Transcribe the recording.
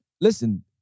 listen